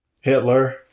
Hitler